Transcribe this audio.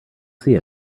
see